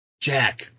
Jack